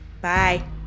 Bye